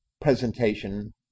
presentation